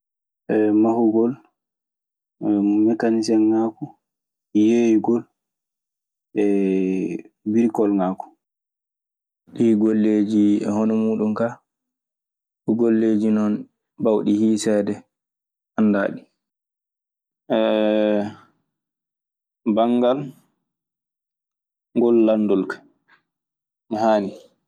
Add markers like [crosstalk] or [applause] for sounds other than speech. [hesitation] mahugol, mekanisiengaku, hehugol, [hesitation] brikolgaku. Ɗii golleeji e hono muuɗun kaa, golleeji non baawɗi hiiseede, anndaanɗi. [hesitation] banngal ngol laamndol ka, mi haali.